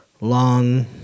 long